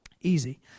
Easy